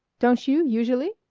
don't you, usually?